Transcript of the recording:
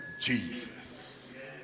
Jesus